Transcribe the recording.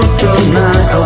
tonight